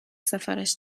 سفارش